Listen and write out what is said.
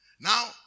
Now